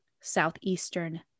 Southeastern